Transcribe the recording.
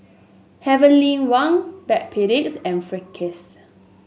Heavenly Wang Backpedics and Friskies